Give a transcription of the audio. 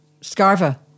Scarva